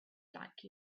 like